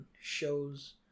shows